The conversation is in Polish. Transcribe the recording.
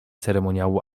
ceremoniału